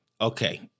Okay